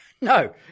No